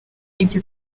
ibyo